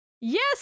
Yes